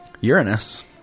Uranus